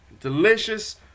delicious